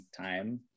time